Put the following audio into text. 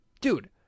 dude